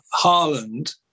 Haaland